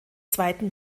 zweiten